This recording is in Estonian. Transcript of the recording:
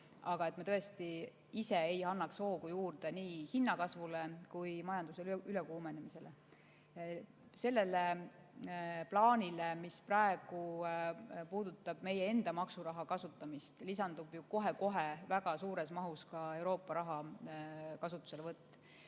Aga me tõesti ei tohi hoogu juurde anda ei hinnakasvule ega majanduse ülekuumenemisele. Sellele plaanile, mis puudutab meie enda maksuraha kasutamist, lisandub kohe ka väga suures mahus Euroopa raha kasutuselevõtt.